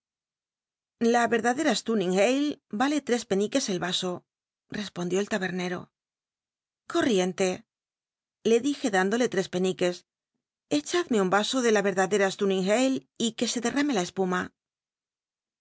la verdadcra stnnning ale ale trcs peniques el vaso respondió el tabernero coi'i'icntc le dije dándole tres peniques echad me un vaso de la verdadera stunniny ale y que se der'l'amc la espuma